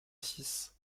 six